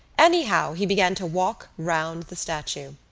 anyhow he began to walk round the statue.